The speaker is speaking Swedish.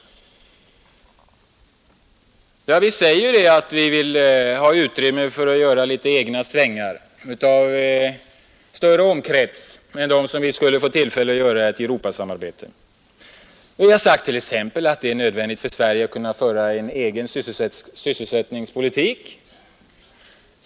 Vi säger att vi vill ha utrymme för att göra litet egna svängar i större omkrets än dem som vi skulle få tillfälle att göra i ett Europasamarbete. Vi har sagt t.ex. att det är nödvändigt för Sverige att föra en egen sysselsättningspolitik.